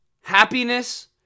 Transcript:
Happiness